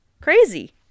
Crazy